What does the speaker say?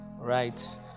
Right